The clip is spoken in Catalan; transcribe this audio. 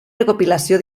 recopilació